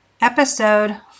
Episode